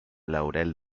laurel